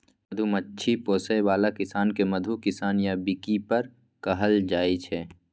मधुमाछी पोसय बला किसान केँ मधु किसान या बीकीपर कहल जाइ छै